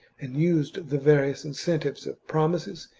and used the various incentives of promises,